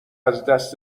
دست